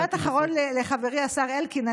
משפט אחרון לחברי השר אלקין.